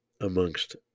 amongst